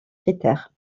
critères